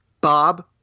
Bob